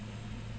okay